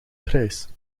prijs